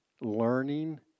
learning